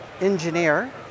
engineer